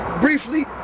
briefly